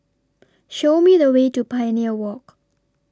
Show Me The Way to Pioneer Walk